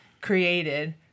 created